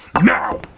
NOW